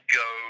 go